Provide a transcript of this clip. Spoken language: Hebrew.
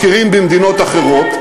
לממדים שאנחנו מכירים במדינות אחרות,